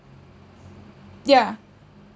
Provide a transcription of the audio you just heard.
yeah